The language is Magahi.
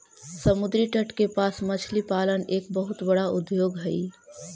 समुद्री तट के पास मछली पालन एक बहुत बड़ा उद्योग हइ